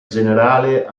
generale